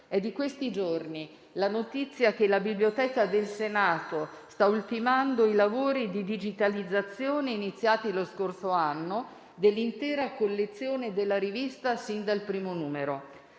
È di questi giorni la notizia che la biblioteca del Senato sta ultimando i lavori di digitalizzazione, iniziati lo scorso anno, dell'intera collezione della rivista sin dal primo numero,